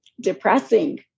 depressing